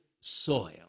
soil